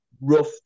rough